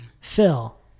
Phil